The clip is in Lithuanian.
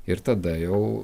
ir tada jau